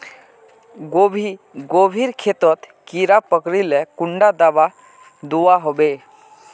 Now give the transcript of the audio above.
गोभी गोभिर खेतोत कीड़ा पकरिले कुंडा दाबा दुआहोबे?